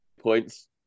points